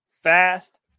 fast